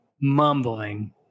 mumbling